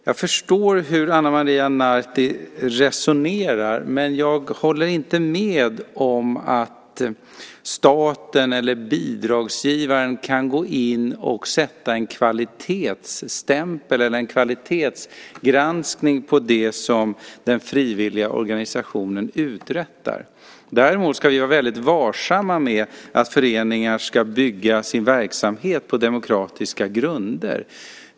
Jag förstår hur Ana Maria Narti resonerar, men jag håller inte med om att staten eller bidragsgivaren kan gå in och sätta en kvalitetsstämpel på eller göra en kvalitetsgranskning av det som den frivilliga organisationen uträttar. Däremot ska vi vara väldigt varsamma i fråga om att föreningar ska bygga sin verksamhet på demokratiska grunder.